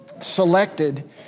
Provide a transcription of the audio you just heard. selected